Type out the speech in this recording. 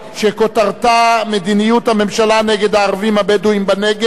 שכותרתה: מדיניות הממשלה נגד הערבים הבדואים בנגב,